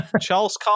Charles